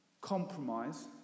compromise